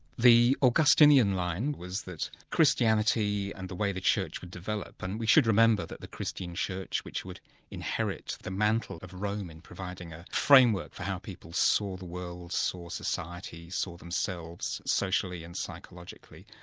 the augustinian line was that christianity and the way the church would develop and we should remember that the christian church, which would inherit the mantle of rome in providing a framework for how people saw the world, saw society, saw themselves socially and psychologically,